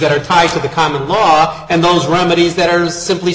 that are tied to the common law and those remedies that are simply